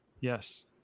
yes